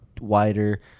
wider